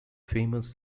famous